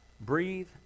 breathe